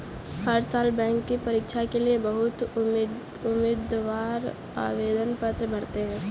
हर साल बैंक की परीक्षा के लिए बहुत उम्मीदवार आवेदन पत्र भरते हैं